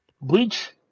Bleach